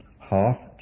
half